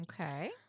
Okay